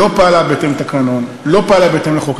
לא פעלה בהתאם לתקנון, לא פעלה בהתאם לחוק.